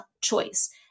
choice